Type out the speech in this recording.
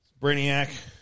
Brainiac